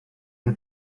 nie